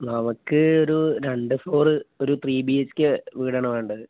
നമുക്ക് ഒരു രണ്ടു ഫ്ലോർ ഒരു ത്രീ ബി എച്ച് കെ വീടാണ് വേണ്ടത്